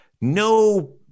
No